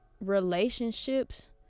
relationships